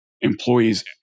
employees